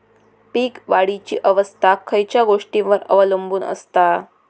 पीक वाढीची अवस्था खयच्या गोष्टींवर अवलंबून असता?